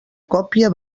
còpia